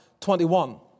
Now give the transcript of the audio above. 21